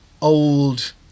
old